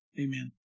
Amen